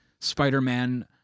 Spider-Man